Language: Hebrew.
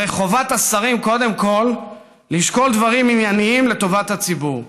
הרי חובת השרים היא קודם כול לשקול דברים עניינים לטובת הציבור.